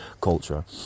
culture